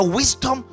wisdom